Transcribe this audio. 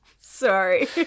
sorry